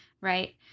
right